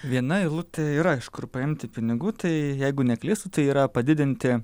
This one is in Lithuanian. viena eilutė yra iš kur paimti pinigų tai jeigu neklystu tai yra padidinti